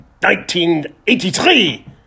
1983